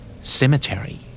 Cemetery